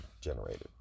generated